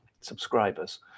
subscribers